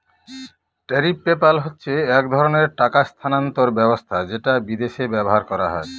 tariff PayPal হচ্ছে এক ধরনের টাকা স্থানান্তর ব্যবস্থা যেটা বিদেশে ব্যবহার করা হয়